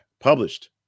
published